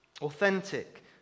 Authentic